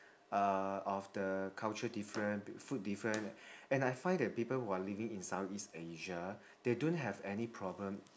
uh of the culture different food different and I find that people who are living in south east asia they don't have any problem